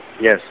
Yes